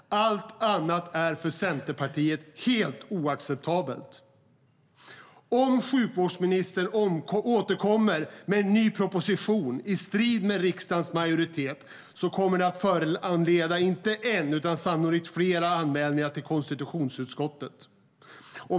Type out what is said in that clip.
Allt annat är för Centerpartiet helt oacceptabelt. Om sjukvårdsministern återkommer med en ny proposition i strid med riksdagens majoritet kommer det att föranleda inte en utan sannolikt flera anmälningar till konstitutionsutskottet.